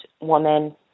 woman